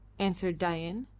answered dain.